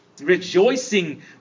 rejoicing